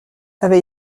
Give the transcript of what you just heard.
avait